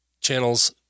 channels